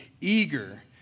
eager